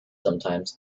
sometimes